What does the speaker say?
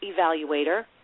evaluator